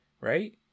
right